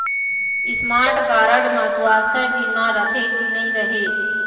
Smart card म सुवास्थ बीमा रथे की नई रहे?